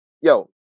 yo